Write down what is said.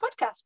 podcast